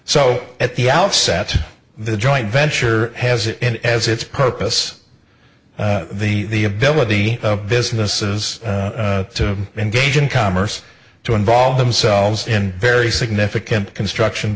so at the outset the joint venture has as its purpose the ability of businesses to engage in commerce to involve themselves in very significant construction